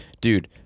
dude